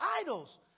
idols